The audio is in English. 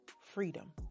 freedom